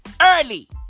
early